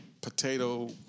potato